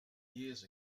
years